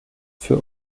für